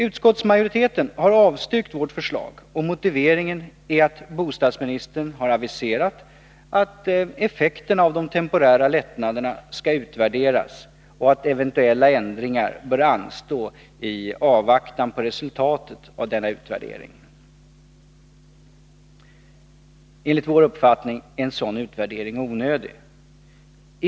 Utskottsmajoriteten har avstyrkt vårt förslag, och motiveringen är att bostadsministern har aviserat att effekterna av de temporära lättnaderna skall utvärderas och att eventuella ändringar bör anstå i avvaktan på resultatet av denna utvärdering. Enligt vår uppfattning är en sådan utvärdering onödig.